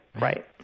right